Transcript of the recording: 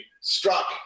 struck